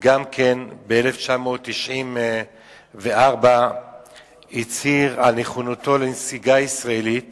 גם כן הצהיר ב-1994 על נכונותו לנסיגה ישראלית